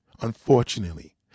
unfortunately